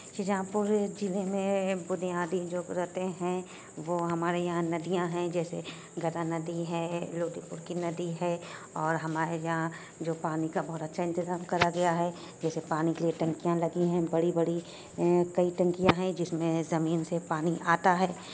شہجہاں پور ضلع میں بنیادی جو رہتے ہیں وہ ہمارے یہاں ندیاں ہیں جیسے گرا ندی ہے لودھی پور کی ندی ہے اور ہمارے یہاں جو پانی کا بہت اچھا انتظام کرا گیا ہے جیسے پانی کے لیے ٹنکیاں لگی ہیں بڑی بڑی کئی ٹنکیاں ہیں جس میں زمین سے پانی آتا ہے